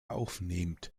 aufnehmt